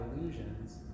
illusions